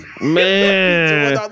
Man